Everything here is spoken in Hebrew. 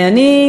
אני,